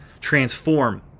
transform